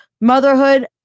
motherhood